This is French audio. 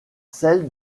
celle